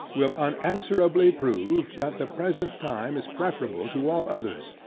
will unanswerably prove, that the present time is preferable to all others.